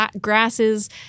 grasses